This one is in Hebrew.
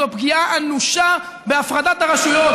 זו פגיעה אנושה בהפרדת הרשויות.